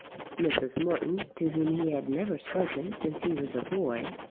mrs. morton to whom he had never spoken since he was a boy,